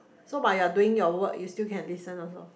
so while you're doing your work you still can listen also